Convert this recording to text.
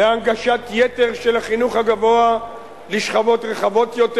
להנגשת יתר של החינוך הגבוה לשכבות רחבות יותר.